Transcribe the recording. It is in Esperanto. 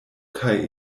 kaj